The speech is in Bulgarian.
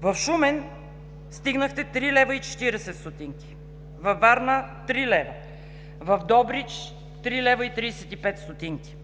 В Шумен стигнахте 3,40 лв., във Варна – 3,00 лв., в Добрич – 3,35 лв.